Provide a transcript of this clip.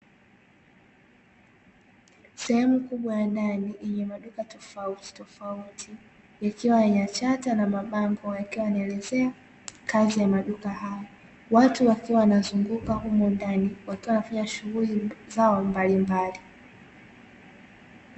sehemu kubwa ya ndani tofauti nikiwa na chata na mabango, akiwa anaelezea kazi ya maduka wanazunguka humu ndani wakiwa shughuli zao mbalimbali